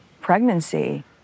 pregnancy